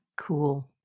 Cool